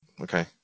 Okay